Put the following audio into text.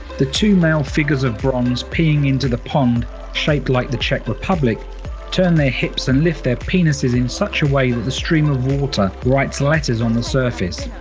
the two male figures of bronze, peeing into the pond shaped like the czech republic turn their hips and lift their penises in such a way that the stream of water writes letters on the surface.